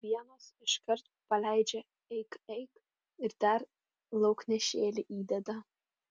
vienos iškart paleidžia eik eik ir dar lauknešėlį įdeda